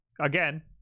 Again